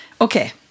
Okay